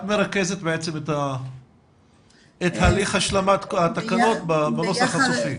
את מרכזת את הליך השלמת התקנות בנוסח הסופי?